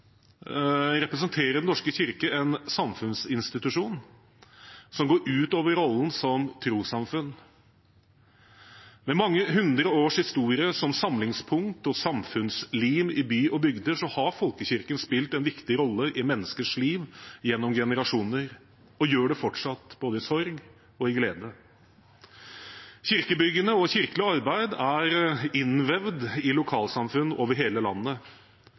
representerer Den norske kirke en samfunnsinstitusjon som går utover rollen som trossamfunn. Med mange hundre års historie som samlingspunkt og samfunnslim i by og bygd har folkekirken spilt en viktig rolle i menneskers liv gjennom generasjoner, og gjør det fortsatt, både i sorg og i glede. Kirkebyggene og kirkelig arbeid er innvevd i lokalsamfunn over hele landet.